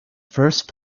first